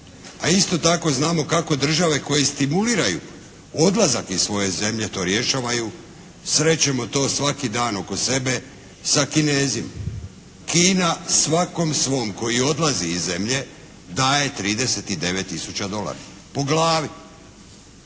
A isto tako znamo kako države i koje stimuliraju odlazak iz svoje zemlje to rješavaju. Srećemo to svaki dan oko sebe sa Kinezima. Kina svakom svom koji odlazi iz zemlje daje 39 tisuća dolara po glavi,